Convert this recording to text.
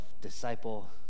disciple